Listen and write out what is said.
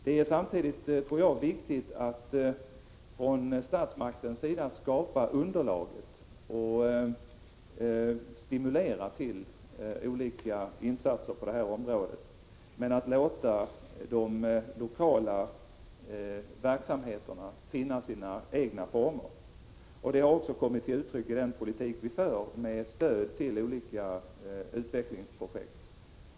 Det är samtidigt viktigt att statsmakterna skapar underlaget och stimulerar till olika insatser på detta område, men de lokala verksamheterna bör få söka sina egna former. Detta har också kommit till uttryck i den politik som vi för, med stöd till olika utvecklingsprojekt.